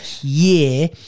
year